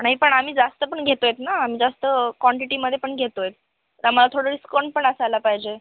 नाही पण आम्ही जास्त पण घेतोयत ना आम्ही जास्त क्वांटिटीमध्ये पण घेतोयत तर आम्हाला थोडं डिस्काउंट पण असायला पाहिजे